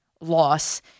loss